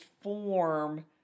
form